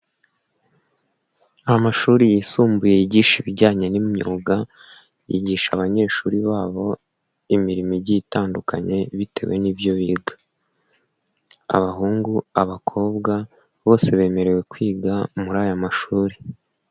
Amashuri yisumbuye yigisha ibijyanye n'imyuga, yigisha abanyeshuri babo imirimo igiye itandukanye bitewe n'ibyo biga, abahungu, abakobwa, bose bemerewe kwiga muri aya mashuri.